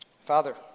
Father